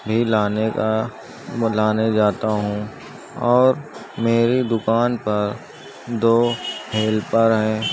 بھی لانے کا لانے جاتا ہوں اور میری دکان پر دو ہیلپر ہیں